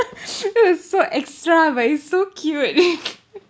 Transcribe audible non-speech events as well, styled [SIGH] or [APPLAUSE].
[LAUGHS] it was so extra but it's so cute [LAUGHS]